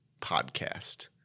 Podcast